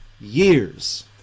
Years